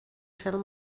cel